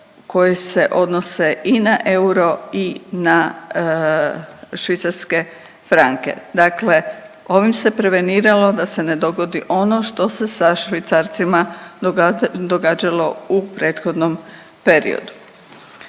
koje se odnose i na euro i na švicarske franke. Dakle ovim se preveniralo da se ne dogodi ono što se sa švicarcima događalo u prethodnom periodu.